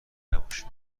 نباش